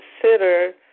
consider